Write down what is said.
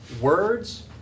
Words